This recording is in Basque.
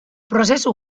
prozesu